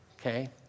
Okay